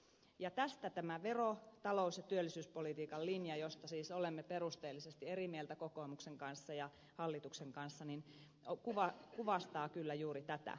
ja tämä vero talous ja työllisyyspolitiikan linja josta siis olemme perusteellisesti eri mieltä kokoomuksen ja hallituksen kanssa kuvastaa kyllä juuri tätä keskustelua